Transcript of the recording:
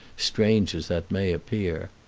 strange as that may appear.